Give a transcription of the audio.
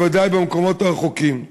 בוודאי במקומות הרחוקים.